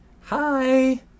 Hi